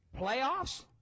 playoffs